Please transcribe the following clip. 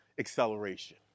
Acceleration